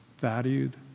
valued